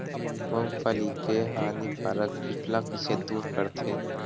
मूंगफली के हानिकारक कीट ला कइसे दूर करथे?